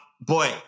Boy